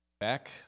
back